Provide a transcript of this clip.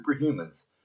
superhumans